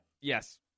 Yes